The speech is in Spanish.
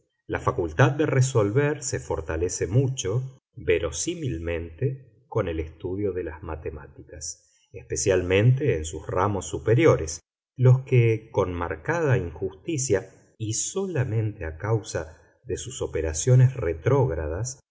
la facultad de resolver se fortalece mucho verosímilmente con el estudio de las matemáticas especialmente en sus ramos superiores los que con marcada injusticia y solamente a causa de sus operaciones retrógradas